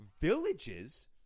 villages